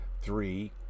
Three